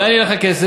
לאן ילך הכסף?